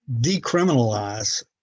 decriminalize